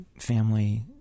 family